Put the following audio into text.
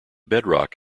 bedrock